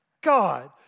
God